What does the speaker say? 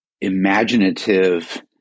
imaginative